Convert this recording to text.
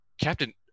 Captain